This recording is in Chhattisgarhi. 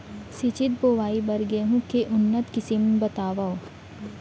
सिंचित बोआई बर गेहूँ के उन्नत किसिम बतावव?